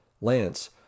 lance